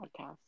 podcast